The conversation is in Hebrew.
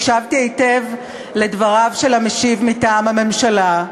הקשבתי היטב לדבריו של המשיב מטעם הממשלה.